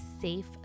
safe